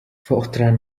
fortran